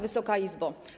Wysoka Izbo!